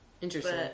Interesting